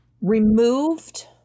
removed